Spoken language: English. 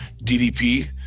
ddp